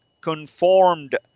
conformed